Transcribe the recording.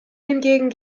hingegen